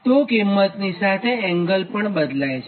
તોકિંમતની સાથે એંગલ પણ બદલાય છે